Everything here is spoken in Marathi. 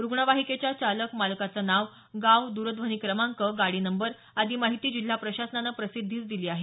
रुग्णवाहिकेच्या चालक मालकाचं नाव गाव द्रध्वनी क्रमांक गाडी नंबर आदी माहिती जिल्हा प्रशासनानं प्रसिद्धीस दिली आहे